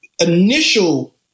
initial